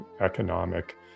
economic